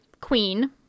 queen